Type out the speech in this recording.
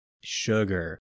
sugar